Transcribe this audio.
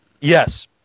yes